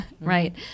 right